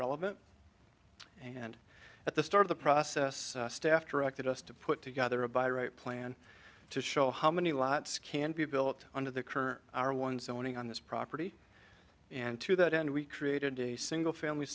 relevant and at the start of the process staff directed us to put together a by right plan to show how many lots can be built under the current our one zoning on this property and to that end we created a single famil